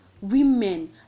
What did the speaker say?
women